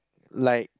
like